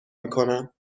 میکنم